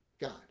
God